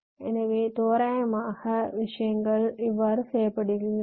எனவே தோராயமாக விஷயங்கள் இவ்வாறு செயல்படுகின்றன